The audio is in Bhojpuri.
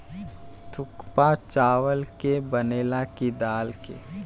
थुक्पा चावल के बनेला की दाल के?